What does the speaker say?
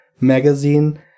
magazine